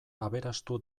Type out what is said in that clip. aberastu